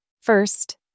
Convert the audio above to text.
First